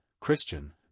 Christian